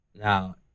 Now